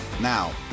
Now